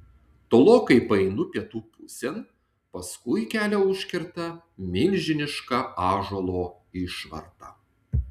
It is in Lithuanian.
tolokai paeinu pietų pusėn paskui kelią užkerta milžiniška ąžuolo išvarta